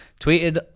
tweeted